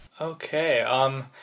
Okay